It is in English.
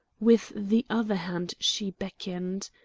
with the other hand she beckoned.